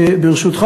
ברשותך,